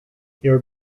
your